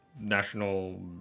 national